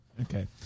Okay